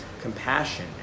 compassion